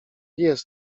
jest